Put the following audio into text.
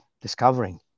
discovering